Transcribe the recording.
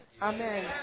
Amen